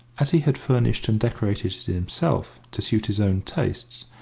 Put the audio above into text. as he had furnished and decorated it himself to suit his own tastes,